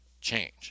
change